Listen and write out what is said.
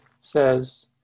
says